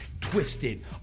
twisted